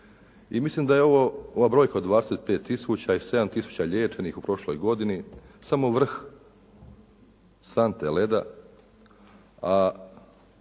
i mislim da je ovo, ova brojka od 25000 i 7000 liječenih u prošloj godini samo vrh sante leda,